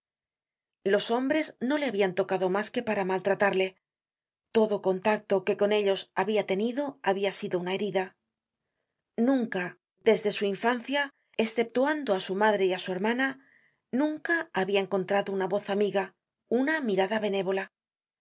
los hombres no le habian tocado mas que para maltratarle todo contacto que con ellos habia tenido habia sido una herida nunca desde su infancia esceptuando á su madre y á su hermana nunca habia encontrado una voz amiga una mirada benévola